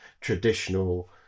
traditional